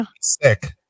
sick